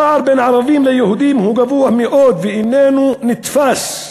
הפער בין ערבים ליהודים הוא גבוה מאוד ואיננו נתפס.